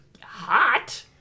hot